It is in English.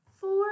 four